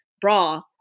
bra